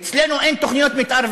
אצלנו אין תוכניות מתאר,